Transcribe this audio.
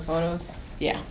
the photos yeah